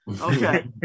Okay